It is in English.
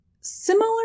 similar